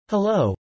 Hello